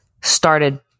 started